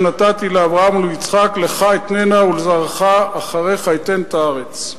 נתתי לאברהם וליצחק לך אתננה ולזרעך אחריך אתן את הארץ.